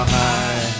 high